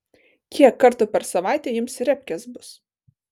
kiek kartų per savaitę jums repkės bus